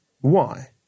Why